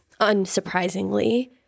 unsurprisingly